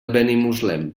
benimuslem